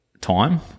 time